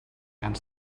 and